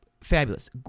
fabulous